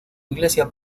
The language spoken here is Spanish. iglesia